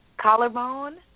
Collarbone